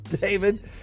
David